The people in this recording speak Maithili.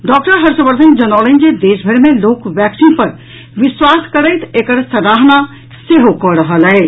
डॉक्टर हर्षवर्धन जनौलनि जे देशभरि मे लोक वैक्सीन पर विश्वास करैत एकर सराहना सेहो कऽ रहल अछि